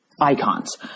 icons